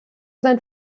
sein